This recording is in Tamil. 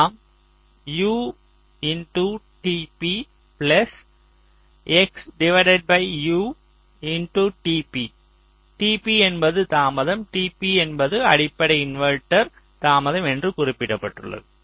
நாம் tp என்பது தாமதம் tp என்பது அடிப்படை இன்வெர்ட்டர் தாமதம் என குறிப்பிடப்படுகிறது